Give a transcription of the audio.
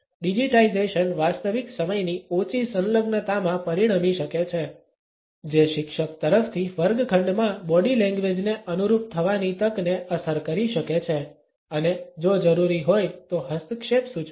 digitisation વાસ્તવિક સમયની ઓછી સંલગ્નતામાં પરિણમી શકે છે જે શિક્ષક તરફથી વર્ગખંડમાં બોડી લેંગ્વેજને અનુરૂપ થવાની તકને અસર કરી શકે છે અને જો જરૂરી હોય તો હસ્તક્ષેપ સૂચવે છે